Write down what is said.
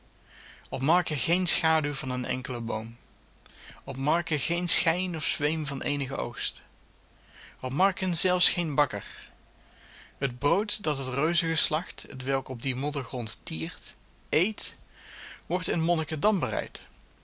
op marken geene schaduw van een enkelen boom op marken geen schijn of zweem van eenigen oogst op marken zelfs geen bakker het brood dat het reuzengeslacht hetwelk op dien moddergrond tiert eet wordt in monnikendam bereid